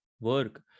work